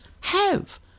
have